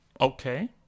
okay